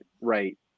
Right